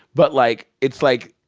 but, like, it's like,